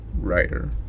writer